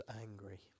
angry